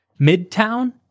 Midtown